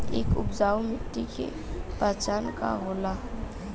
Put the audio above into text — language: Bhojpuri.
एक उपजाऊ मिट्टी के पहचान का होला?